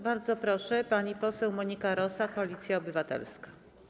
Bardzo proszę, pani poseł Monika Rosa, Koalicja Obywatelska.